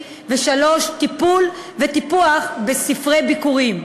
3. טיפול וטיפוח ספרי ביכורים.